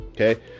okay